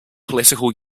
political